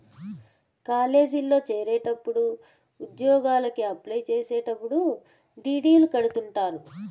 కాలేజీల్లో చేరేటప్పుడు ఉద్యోగలకి అప్లై చేసేటప్పుడు డీ.డీ.లు కడుతుంటారు